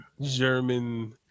German